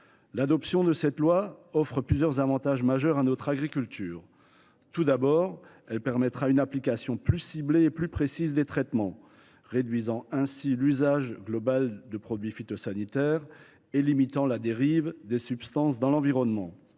L’adoption de ce texte offrira plusieurs avantages majeurs à notre agriculture. Tout d’abord, elle permettra une application plus ciblée et plus précise des traitements, réduisant ainsi l’usage global de produits phytosanitaires et limitant la dérive des substances dans l’environnement.